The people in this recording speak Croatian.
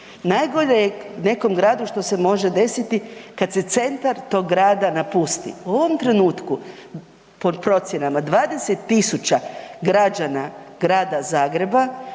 Najgore je nekom gradu što se može desiti kad se centar tog grada napusti. U ovom trenutku, po procjenama 20.000 građana Grada Zagreba